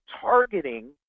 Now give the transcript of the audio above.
targeting